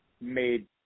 made